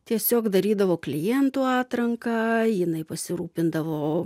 tiesiog darydavo klientų atranką jinai pasirūpindavo